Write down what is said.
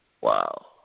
Wow